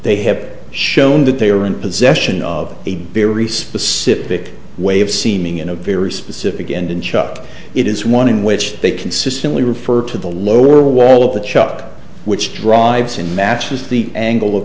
they have shown that they are in possession of a very specific way of seeming in a very specific and in chop it is one in which they consistently refer to the lower wall of the shop which drives and matches the angle